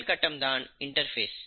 முதல் கட்டம் தான் இன்டர்பேஸ்